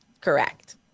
Correct